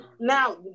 Now